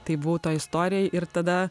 tai buvau toj istorijoj ir tada